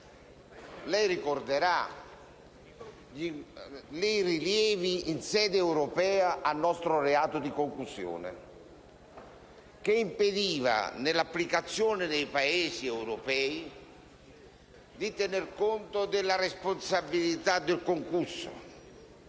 Lei ricorderà i rilievi in sede europea al nostro reato di concussione, che impediva nell'applicazione dei Paesi europei di tener conto della responsabilità del concusso.